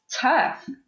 tough